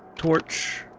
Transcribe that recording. torch,